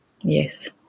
Yes